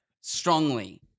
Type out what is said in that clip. strongly